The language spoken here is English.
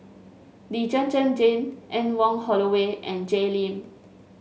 Lee Zhen Zhen Jane Anne Wong Holloway and Jay Lim